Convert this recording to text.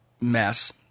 mess